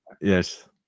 yes